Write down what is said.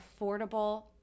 affordable